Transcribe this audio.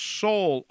soul